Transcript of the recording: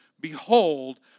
behold